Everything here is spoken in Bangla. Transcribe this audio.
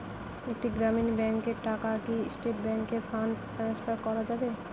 একটি গ্রামীণ ব্যাংকের টাকা কি স্টেট ব্যাংকে ফান্ড ট্রান্সফার করা যাবে?